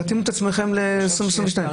תתאימו את עצמכם ל-2022.